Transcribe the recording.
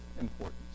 importance